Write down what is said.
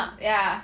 ya